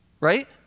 Right